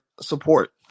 support